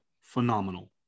phenomenal